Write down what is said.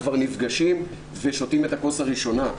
כבר נפגשים ושותים את הכוס הראשונה.